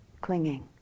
clinging